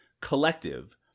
collective